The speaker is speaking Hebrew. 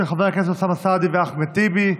חוק של חברי הכנסת אוסאמה סעדי ואחמד טיבי,